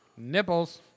nipples